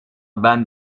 ben